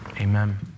Amen